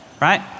Right